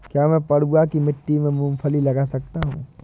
क्या मैं पडुआ की मिट्टी में मूँगफली लगा सकता हूँ?